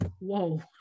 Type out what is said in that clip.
whoa